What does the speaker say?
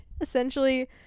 essentially